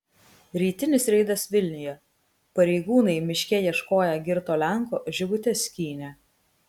rytinis reidas vilniuje pareigūnai miške ieškoję girto lenko žibutes skynė